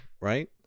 right